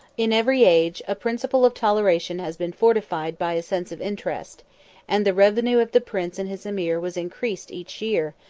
in every age, a principle of toleration has been fortified by a sense of interest and the revenue of the prince and his emir was increased each year,